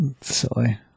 Silly